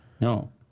No